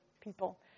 people